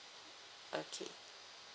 okay